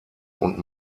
und